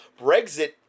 brexit